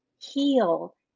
heal